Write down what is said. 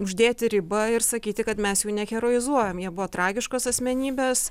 uždėti ribą ir sakyti kad mes jų neheroizuojam jie buvo tragiškos asmenybės